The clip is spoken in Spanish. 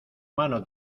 mano